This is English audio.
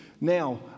Now